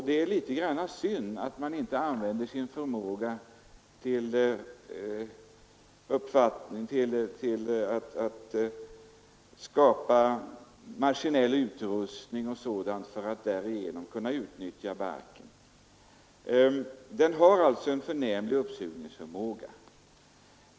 Det är synd att man inte använder sin förmåga att skapa maskinell utrustning för att därigenom kunna utnyttja barken, som har en förnämlig uppsugningsförmåga.